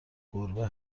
گربه